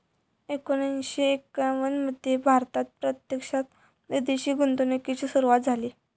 एकोणीसशे एक्याण्णव मध्ये भारतात प्रत्यक्षात विदेशी गुंतवणूकीची सुरूवात झाली